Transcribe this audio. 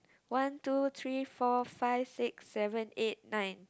one two three four five six seven eight nine